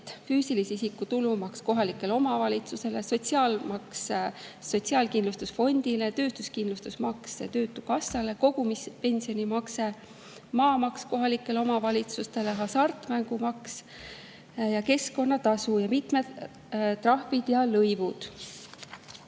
füüsilise isiku tulumaks kohalikele omavalitsustele, sotsiaalmaks sotsiaalkindlustusfondile, töötuskindlustusmakse töötukassale, kogumispensionimakse, maamaks kohalikele omavalitsustele, hasartmängumaks, keskkonnatasu ning mitmed trahvid ja lõivud.